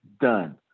done